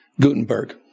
Gutenberg